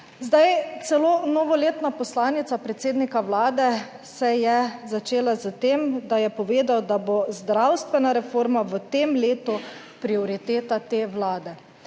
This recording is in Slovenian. Zdaj, celo novoletna poslanica predsednika Vlade se je začela s tem, da je povedal, da bo zdravstvena reforma v tem letu prioriteta te Vlade